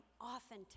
often